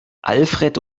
alfred